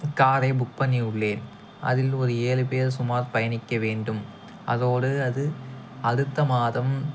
காரை புக் பண்ணி உள்ளேன் அதில் ஒரு ஏழு பேர் சுமார் பயணிக்க வேண்டும் அதோட அது அடுத்த மாதம்